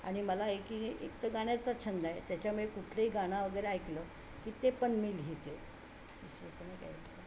आणि मला हे की एकतर गाण्याचा छंद आहे त्याच्यामुळे कुठलंही गाणं वगैरे ऐकलं की ते पण मी लिहिते